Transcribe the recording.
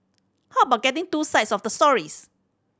how about getting two sides of the story